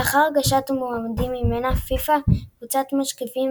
לאחר הגשת המועמדות ממנה פיפ"א קבוצת משקיפים,